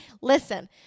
Listen